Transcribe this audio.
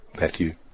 Matthew